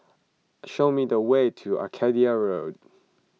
show me the way to Arcadia Road